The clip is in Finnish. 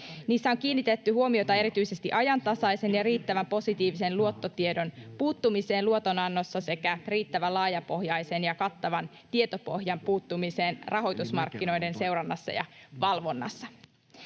Niissä on kiinnitetty huomiota erityisesti ajantasaisen ja riittävän positiivisen luottotiedon puuttumiseen luotonannossa sekä riittävän laajapohjaisen ja kattavan tietopohjan puuttumiseen rahoitusmarkkinoiden seurannassa ja valvonnassa.